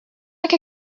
like